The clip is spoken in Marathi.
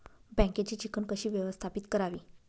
बँकेची चिकण कशी व्यवस्थापित करावी?